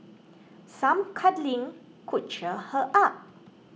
some cuddling could cheer her up